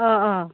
অঁ অঁ